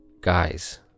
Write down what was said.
guys